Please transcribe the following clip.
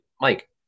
Mike